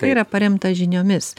tai yra paremta žiniomis